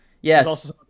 Yes